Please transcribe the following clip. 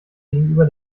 gegenüber